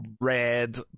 red